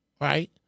right